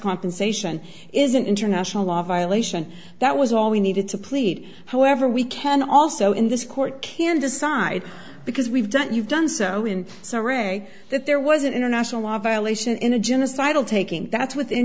compensation is an international law violation that was all we needed to plead however we can also in this court can decide because we've done it you've done so in some way that there was an international law violation in a genocidal taking that's within